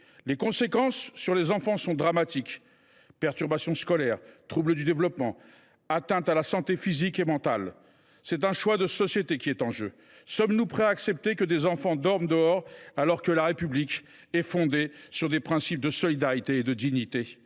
Les conséquences sur les enfants sont dramatiques : perturbations scolaires, troubles du développement, atteintes à la santé physique et mentale. C’est un choix de société qui est en jeu. Sommes nous prêts à accepter que des enfants dorment dehors alors que la République est fondée sur des principes de solidarité et de dignité ?